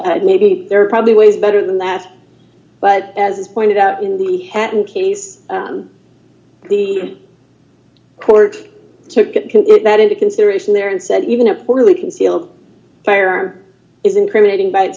maybe there are probably ways better than that but as is pointed out in the hatton case the court took that into consideration there and said even a poorly concealed firearm is incriminating b